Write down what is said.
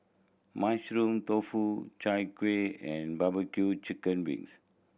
Mushroom Tofu Chai Kueh and barbecue chicken wings